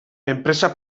enpresa